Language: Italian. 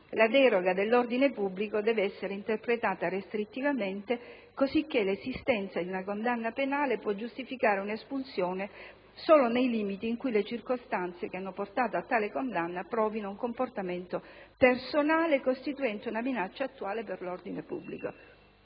la deroga dell'ordine pubblico deve essere interpretata restrittivamente. Cosicché, l'esistenza di una condanna penale può giustificare un'espulsione solo nei limiti in cui le circostanze che hanno portato a tale condanna provino un comportamento personale costituente una minaccia attuale per l'ordine pubblico.